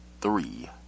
three